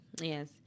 Yes